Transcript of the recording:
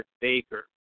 Baker